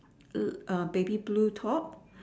A baby blue top